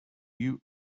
you